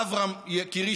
אברהם יקירי,